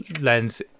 lens